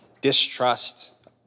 distrust